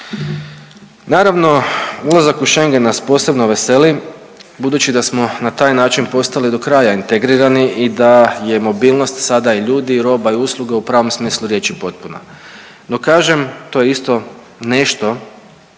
Naravno ulazak u Schengen nas posebno veseli budući da smo na taj način postali do kraja integrirani i da je mobilnost sada i ljudi i roba i usluga u pravom smislu riječi potpuna. No kažem to je isto nešto